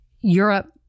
Europe